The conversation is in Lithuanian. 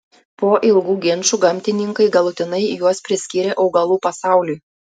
po ilgų ginčų gamtininkai galutinai juos priskyrė augalų pasauliui